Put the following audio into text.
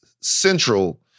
central